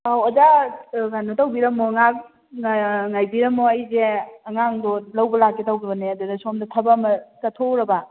ꯑꯣ ꯑꯣꯖꯥ ꯀꯩꯅꯣ ꯇꯧꯕꯤꯔꯝꯃꯣ ꯉꯥꯏꯍꯥꯛ ꯉꯥꯏꯕꯤꯔꯝꯃꯣ ꯑꯩꯁꯦ ꯑꯉꯥꯡꯗꯣ ꯂꯧꯕ ꯂꯥꯛꯀꯦ ꯇꯧꯖꯕꯅꯦ ꯑꯗꯨꯗ ꯁꯣꯝꯗ ꯊꯕꯛ ꯑꯃ ꯆꯠꯊꯣꯛꯎꯔꯕ